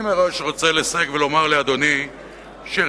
אני מראש רוצה לסייג ולומר לאדוני שריבוי